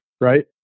right